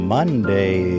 Monday